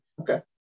Okay